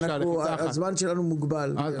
הזמן שלנו מוגבל.